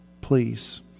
please